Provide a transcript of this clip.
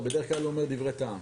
בדרך-כלל הוא אומר דברי טעם.